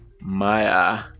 Maya